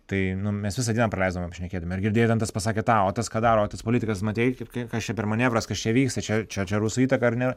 tai nu mes visą dieną praleisdavom apšnekėdami ar girdėjai ten tas pasakė tą o tas ką daro o tas politikas matei kaip kai kas čia per manevras kas čia vyksta čia čia čia rusų įtaka ar ne